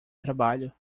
trabalho